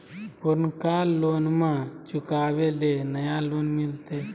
पुर्नका लोनमा चुकाबे ले नया लोन मिलते?